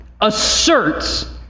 asserts